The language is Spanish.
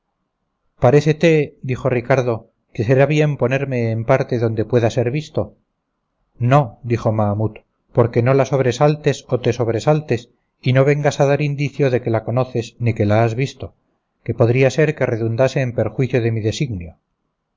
parécete dijo ricardo que será bien ponerme en parte donde pueda ser visto no dijo mahamut porque no la sobresaltes o te sobresaltes y no vengas a dar indicio de que la conoces ni que la has visto que podría ser que redundase en perjuicio de mi designio